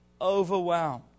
overwhelmed